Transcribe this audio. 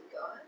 God